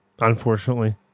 Unfortunately